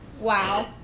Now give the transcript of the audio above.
Wow